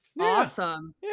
Awesome